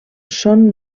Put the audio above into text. són